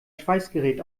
schweißgerät